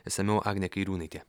išsamiau agnė kairiūnaitė